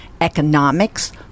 economics